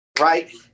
right